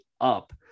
up